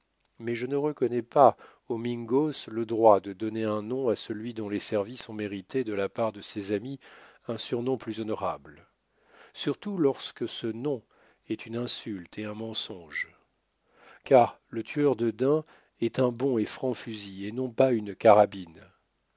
mais je ne reconnais pas aux mingos le droit de donner un nom à celui dont les services ont mérité de la part de ses amis un surnom plus honorable surtout lorsque ce nom est une insulte et un mensonge car le tueur de daims est un bon et franc fusil et non pas une carabine